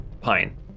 Pine